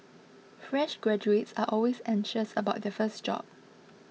fresh graduates are always anxious about their first job